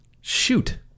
Shoot